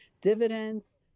dividends